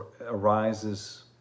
arises